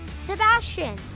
Sebastian